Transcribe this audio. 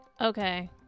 Okay